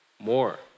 more